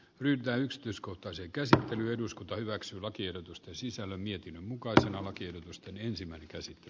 ryntää yksityiskohtaisia cesar dely eduskunta hyväksyi lakiehdotusten sisällön mietinnön mukaisena lakiehdotusten ensimmäinen käsitti